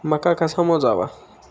मका कसा मोजावा?